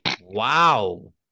Wow